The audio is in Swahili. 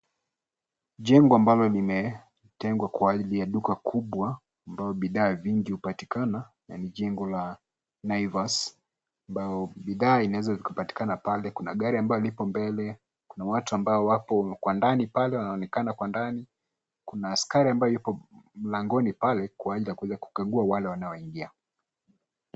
Jengo ambalo limetengwa kwa ajili ya duka kubwa ambayo bidhaa vingi hupatikana na ni jengo la Naivas, ambao bidhaa zinazopatikana pale kuna gari ambapo lipo mbele, kuna watu ambao wanaonekana kwa ndani. Kuna askari ambaye yupo mlangoni pale kuweza kuwakagua wale wanao wanaingia.